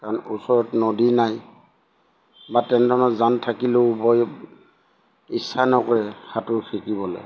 কাৰণ ওচৰত নদী নাই বা তেনেধৰণৰ যান থাকিলেও বয় ইচ্ছা নকৰে সাঁতোৰ শিকিবলৈ